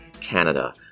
Canada